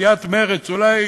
סיעת מרצ, אולי